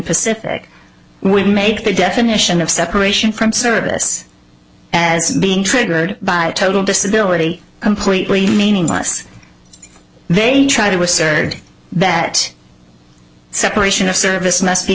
pacific would make the definition of separation from service as being triggered by total disability completely meaningless they tried it was scared that separation of service